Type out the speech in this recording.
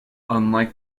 unlike